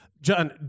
John